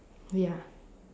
ya